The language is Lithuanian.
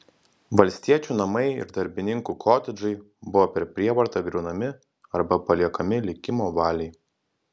valstiečių namai ir darbininkų kotedžai buvo per prievartą griaunami arba paliekami likimo valiai